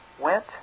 went